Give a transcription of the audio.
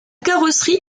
carrosserie